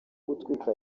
gutwika